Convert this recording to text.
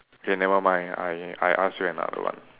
okay never mind I I ask you another one